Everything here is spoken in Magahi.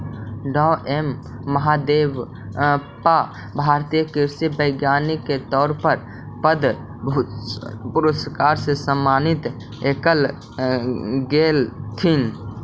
डॉ एम महादेवप्पा भारतीय कृषि वैज्ञानिक के तौर पर पद्म भूषण पुरस्कार से सम्मानित कएल गेलथीन